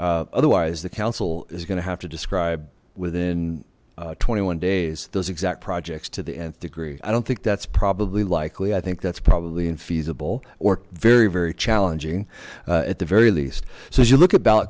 otherwise the council is going to have to describe within twenty one days those exact projects to the nth degree i don't think that's probably likely i think that's probably infeasible or very very challenging at the very least so as you look a